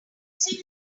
see